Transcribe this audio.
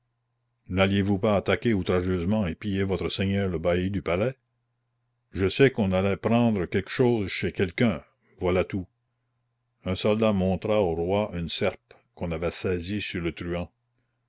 nalliez vous pas attaquer outrageusement et piller votre seigneur le bailli du palais je sais qu'on allait prendre quelque chose chez quelqu'un voilà tout un soldat montra au roi une serpe qu'on avait saisie sur le truand